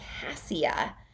cassia